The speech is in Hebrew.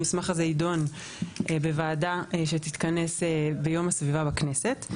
המסמך הזה ידון בוועדה שתתכנס ביום הסביבה בכנסת.